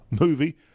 movie